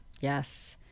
Yes